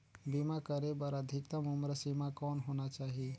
बीमा करे बर अधिकतम उम्र सीमा कौन होना चाही?